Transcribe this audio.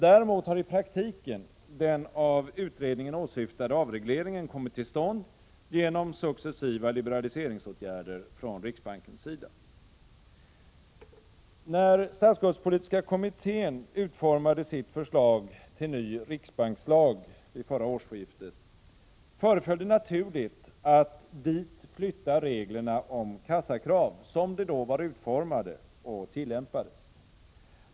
Däremot har i praktiken den av utredningen åsyftade avregleringen kommit till stånd genom successiva liberaliseringsåtgärder från riksbankens sida. När statsskuldspolitiska kommittén vid förra årsskiftet utformade sitt förslag till ny riksbankslag, föreföll det naturligt att dit flytta reglerna om kassakrav som de då var utformade och tillämpades.